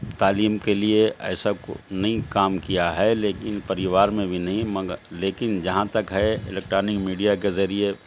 تعلیم کے لیے ایسا نہیں کام کیا ہے لیکن پریوار میں بھی نہیں مگر لیکن جہاں تک ہے الیکٹرانک میڈیا کے ذریعے